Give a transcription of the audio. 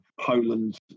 Poland